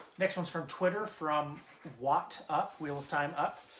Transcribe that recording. next one's from twitter, from and wot up, wheel of time up.